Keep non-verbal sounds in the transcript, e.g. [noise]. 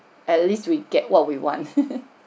at least we get what we want [laughs]